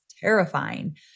terrifying